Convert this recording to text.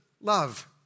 love